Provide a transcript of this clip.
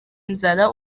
inzara